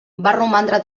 romandre